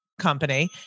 company